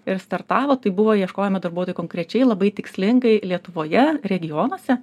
ir startavo tai buvo ieškojome darbuotojų konkrečiai labai tikslingai lietuvoje regionuose